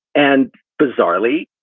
and bizarrely,